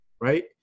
right